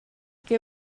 què